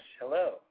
hello